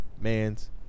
man's